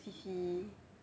see see